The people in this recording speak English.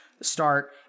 start